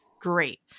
great